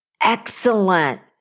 Excellent